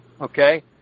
Okay